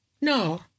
no